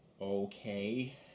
Okay